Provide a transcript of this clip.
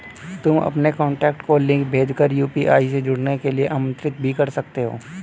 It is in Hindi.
तुम अपने कॉन्टैक्ट को लिंक भेज कर यू.पी.आई से जुड़ने के लिए आमंत्रित भी कर सकते हो